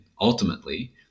ultimately